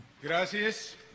Gracias